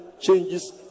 changes